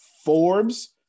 forbes